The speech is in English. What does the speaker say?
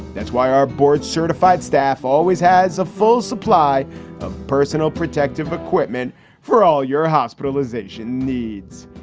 that's why our board certified staff always has a full supply of personal protective equipment for all your hospitalization needs.